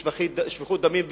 שפיכות דמים,